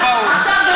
עכשיו,